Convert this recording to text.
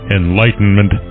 enlightenment